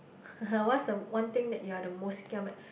what's the one thing that you're the most giam at